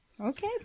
Okay